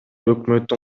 өкмөттүн